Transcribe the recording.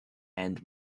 and